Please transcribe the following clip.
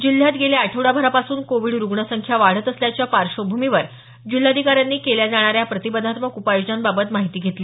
जिल्ह्यात गेल्या आठवडाभरापासून कोविड रुग्णसंख्या वाढत असल्याच्या पार्श्वभूमीवर जिल्हाधिकाऱ्यांनी केल्या जाणाऱ्या प्रतिबंधात्मक उपाययोजनांबाबत माहिती घेतली